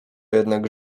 jednak